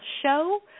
show